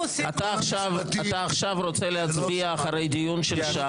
אתה עכשיו רוצה להצביע אחרי דיון של שעה.